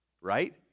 right